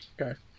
Okay